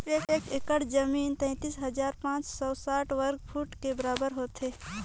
एक एकड़ जमीन तैंतालीस हजार पांच सौ साठ वर्ग फुट के बराबर होथे